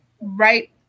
right